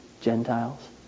Gentiles